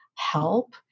Help